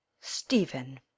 Stephen